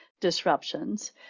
disruptions